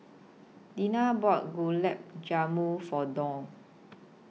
Dina bought Gulab Jamun For Doug